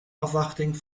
afwachting